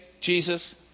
Jesus